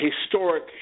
historic